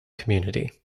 community